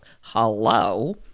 Hello